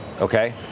Okay